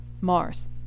Mars